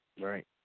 Right